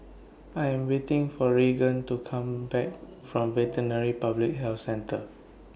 I Am waiting For Regan to Come Back from Veterinary Public Health Centre